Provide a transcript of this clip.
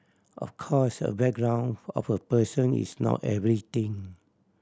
of course a background of a person is not everything